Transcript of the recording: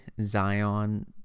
Zion